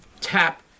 tap